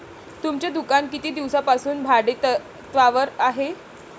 तुमचे दुकान किती दिवसांपासून भाडेतत्त्वावर आहे?